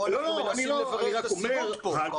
אנחנו מנסים לברר את הסיבות פה.